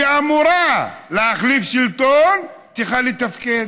שאמורה להחליף שלטון, צריכה לתפקד.